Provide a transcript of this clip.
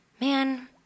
man